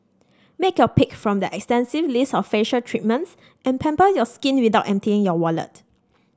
make your pick from their extensive list of facial treatments and pamper your skin without emptying your wallet